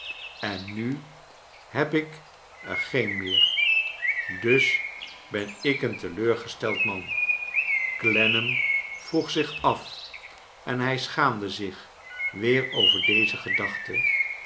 en nu heb ik er geen meer dus ben ik een teleurgesteld man clennam vroeg zich af en hij schaamde zich weer over deze gedachte